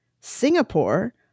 Singapore